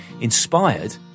inspired